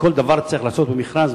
שכל דבר צריך להיעשות במכרז,